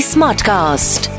Smartcast